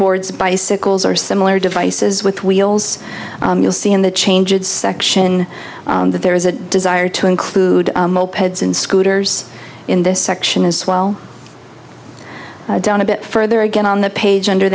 boards bicycles or similar devices with wheels you'll see in the changes section that there is a desire to include mopeds in scooters in this section as well down a bit further again on the page under